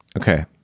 Okay